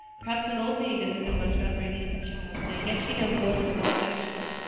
perhaps an old maid doesn't know much about bringing up a child, but i guess she knows more than an old bachelor.